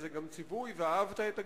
זה גם הציווי "ואהבת את הגר",